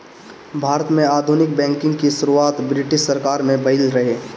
भारत में आधुनिक बैंकिंग के शुरुआत ब्रिटिस सरकार में भइल रहे